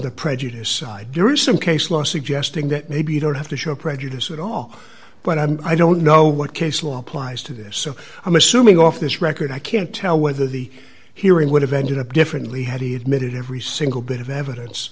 the prejudiced side there is some case law suggesting that maybe you don't have to show prejudice at all but i don't know what case law applies to this so i'm assuming off this record i can't tell whether the hearing would have ended up differently had he admitted every single bit of evidence